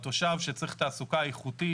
התושב שצריך תעסוקה איכותית,